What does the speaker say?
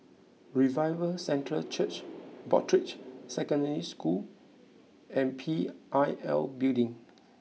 Revival Centre Church Broadrick Secondary School and P I L Building